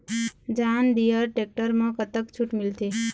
John Deere tractor म कतक छूट मिलथे?